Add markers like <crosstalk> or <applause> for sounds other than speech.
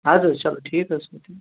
اَدٕ حظ چَلو ٹھیٖک حظ <unintelligible>